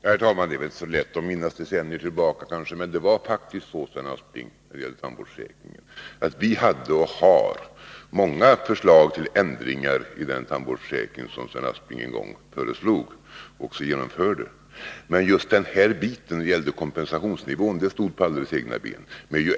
Herr talman! Det är kanske inte så lätt att minnas decennier tillbaka, men det var faktiskt så, Sven Aspling, när det gäller tandvårdsförsäkringen att vi hade och har många förslag till ändringar i den tandvårdsförsäkring som Sven Aspling en gång föreslog och också genomförde. Men just den här biten om kompensationsnivån stod på alldeles egna ben.